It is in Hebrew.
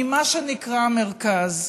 ממה שנקרא מרכז.